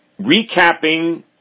Recapping